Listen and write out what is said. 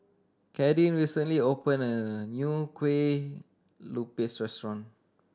Kadyn recently open a new Kueh Lupis restaurant